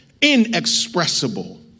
inexpressible